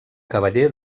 cavaller